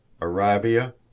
Arabia